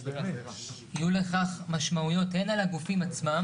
יהיו לכך משמעויות הן על הגופים עצמם